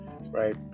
right